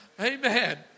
Amen